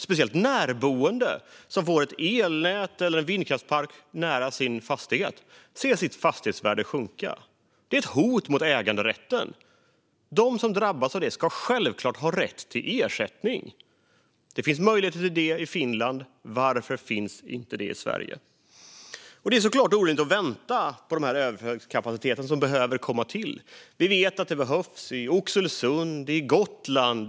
Särskilt boende som får ett elnät eller en vindkraftspark nära sin fastighet ser sitt fastighetsvärde sjunka. Det är ett hot mot äganderätten. De som drabbas av det ska självklart ha rätt till ersättning. Det finns möjligheter till det i Finland. Varför finns det inte i Sverige? Det är såklart orimligt att behöva vänta på den överföringskapacitet som behöver komma till. Vi vet att det behövs i Oxelösund och på Gotland.